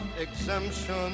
exemption